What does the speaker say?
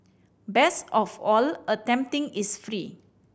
best of all attempting is free